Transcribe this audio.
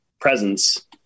presence